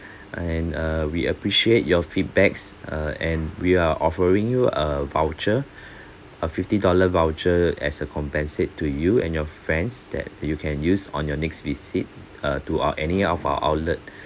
and err we appreciate your feedbacks err and we are offering you a voucher a fifty dollar voucher as a compensate to you and your friends that you can use on your next visit uh to our any of our outlet